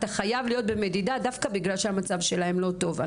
אתה חייב להיות במדידה דווקא בגלל שהמצב שלהם לא טוב.